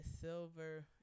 silver